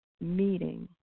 meeting